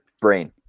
brain